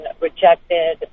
rejected